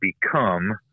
become